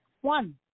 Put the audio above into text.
One